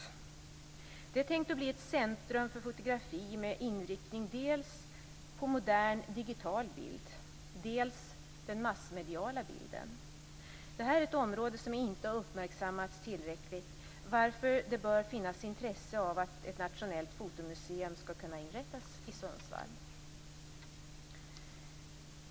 Museet är tänkt att bli ett centrum för fotografi med inriktning på dels modern digital bild, dels den massmediala bilden. Det här är ett område som inte har uppmärksammats tillräckligt, varför det bör finnas intresse för att ett nationellt fotomuseum skall kunna inrättas i Sundsvall.